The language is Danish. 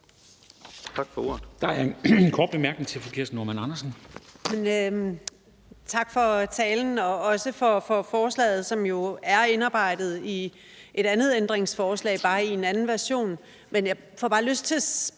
Tak for ordet.